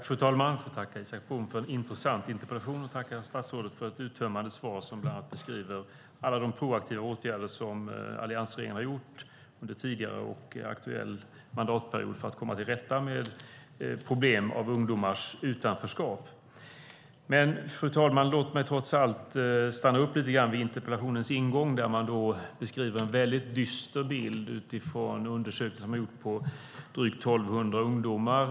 Fru talman! Jag vill tacka Isak From för en intressant interpellation och statsrådet för ett uttömmande svar som beskriver alla de proaktiva åtgärder som alliansregeringen har gjort under tidigare och aktuell mandatperiod för att komma till rätta med problemet med ungdomars utanförskap. Låt mig stanna upp vid interpellationens ingång där man ger en väldigt dyster bild utifrån en undersökning som har gjorts på drygt 1 200 ungdomar.